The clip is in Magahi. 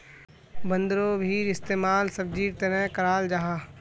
बन्द्गोभीर इस्तेमाल सब्जिर तने कराल जाहा